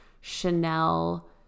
Chanel